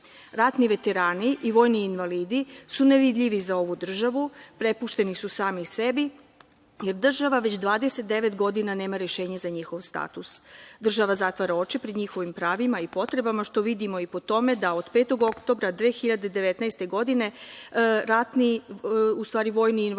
veterani i vojni invalidi su nevidljivi za ovu državu, prepušteni su sami sebi, jer država već 29 godina nema rešenje za njihov status. Država zatvara oči pred njihovim pravima i potrebama što vidimo i po tome da od 5. oktobra 2019. godine vojni invalidi